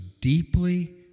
deeply